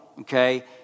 okay